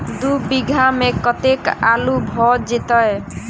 दु बीघा मे कतेक आलु भऽ जेतय?